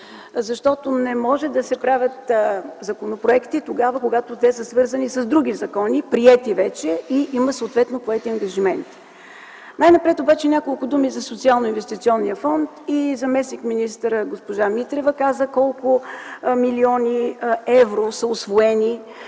защото не може да се правят законопроекти, тогава когато те са свързани с други закони, приети вече, и има съответно поети ангажименти. Най-напред обаче няколко думи за Социалноинвестиционния фонд. И заместник-министър госпожа Митрева каза колко милиони евро са усвоени